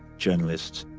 journalists,